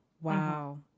Wow